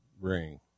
ring